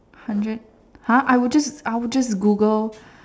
hundred !huh! I would just I would just Google